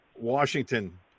Washington